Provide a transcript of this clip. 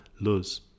Luz